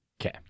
Okay